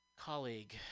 colleague